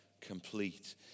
complete